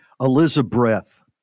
Elizabeth